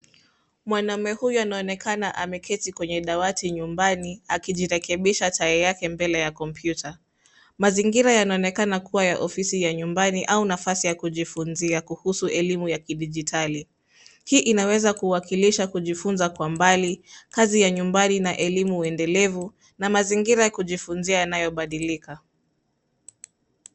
Mwanaume huyu anaonekana ameketi kwenye dawati nyumbani akijirekebisha tai yake mbele ya kompyuta. Mazingira yanaonekana kuwa ya ofisi ya nyumbani au nafasi ya kujifunzia kuhusu elimu ya kidijitali. Hii inaweza kuwakilisha kujifunza kwa mbali, kazi ya nyumbani na elimu endelevu na mazingira yakujifunzia yanayobalika.